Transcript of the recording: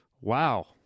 Wow